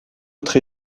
autre